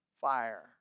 fire